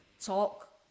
talk